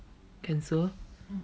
cancel